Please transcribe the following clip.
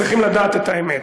צריכים לדעת את האמת.